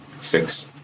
Six